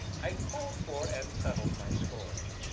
i called for and settled my score.